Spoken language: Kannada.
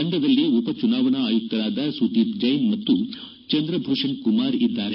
ತಂಡದಲ್ಲಿ ಉಪ ಚುನಾವಣಾ ಆಯುಕ್ತರಾದ ಸುದೀಪ್ ಜೈನ್ ಮತ್ತು ಚಂದ್ರ ಭೂಷಣ್ ಕುಮಾರ್ ಇದ್ದಾರೆ